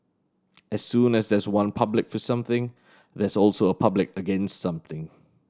as soon as there's one public for something there's also a public against something